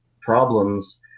problems